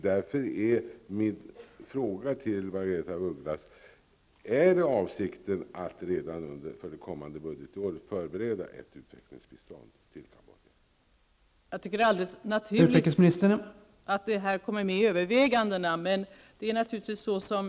Därför blir min fråga till Margaretha af Ugglas: Är avsikten att redan under det kommande budgetåret förbereda ett utvecklingsbistånd till Cambodja?